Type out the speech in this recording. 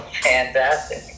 fantastic